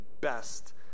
best